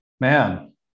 Man